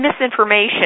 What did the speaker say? misinformation